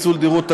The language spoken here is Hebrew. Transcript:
פיצול דירות),